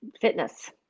fitness